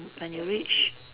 when you reach